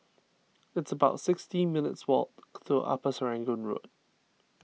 it's about sixteen minutes' walk to Upper Serangoon Road